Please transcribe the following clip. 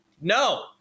No